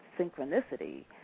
synchronicity